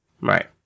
Right